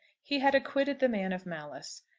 he had acquitted the man of malice.